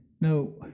no